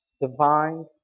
divine